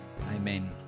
amen